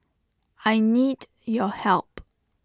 I need your help